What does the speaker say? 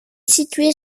située